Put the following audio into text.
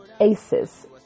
ACEs